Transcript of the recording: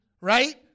right